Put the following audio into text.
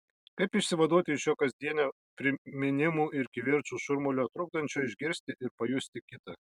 kaip išsivaduoti iš šio kasdienio priminimų ir kivirčų šurmulio trukdančio išgirti ir pajusti kitą